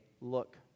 look